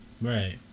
Right